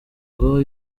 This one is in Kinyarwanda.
ngo